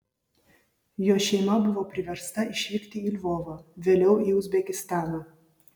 jo šeima buvo priversta išvykti į lvovą vėliau į uzbekistaną